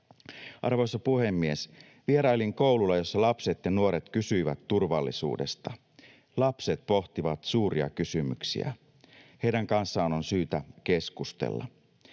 Arvoisa puhemies! Vierailin koululla, jossa lapset ja nuoret kysyivät turvallisuudesta. Lapset pohtivat suuria kysymyksiä. Heidän kanssaan on syytä keskustella.